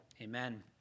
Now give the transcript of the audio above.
Amen